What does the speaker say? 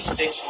six